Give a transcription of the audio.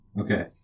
Okay